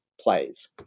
Plays